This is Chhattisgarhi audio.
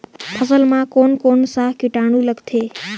फसल मा कोन कोन सा कीटाणु लगथे?